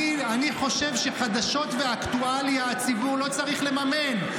אני חושב שחדשות ואקטואליה, הציבור לא צריך לממן.